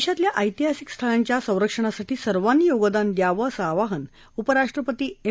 देशातल्या ऐतिहासिक स्थळांच्या संरक्षणासाठी सर्वांनी योगदान द्यावं असं आवाहन उपराष्ट्रपती एम